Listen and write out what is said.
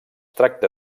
tracta